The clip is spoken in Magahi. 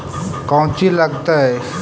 कौची लगतय?